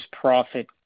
profit